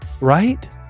right